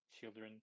children